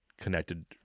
connected